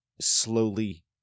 slowly